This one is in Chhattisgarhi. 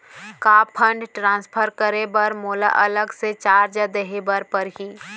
का फण्ड ट्रांसफर करे बर मोला अलग से चार्ज देहे बर परही?